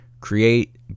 create